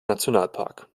nationalpark